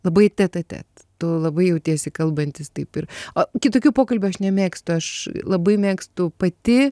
labai tete a tete tu labai jautiesi kalbantis taip ir a kitokių pokalbių aš nemėgstu aš labai mėgstu pati